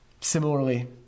Similarly